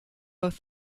both